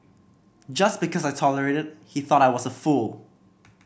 just because I tolerated he thought I was a fool